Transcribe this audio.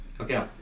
Okay